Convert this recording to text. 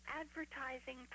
advertising